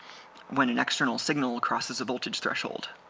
when an external signal crosses a voltage threshold